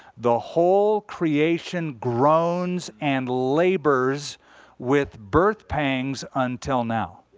the whole creation groans and labors with birth pangs until now.